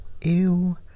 Ew